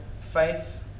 faith